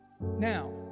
now